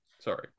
Sorry